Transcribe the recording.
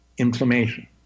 inflammation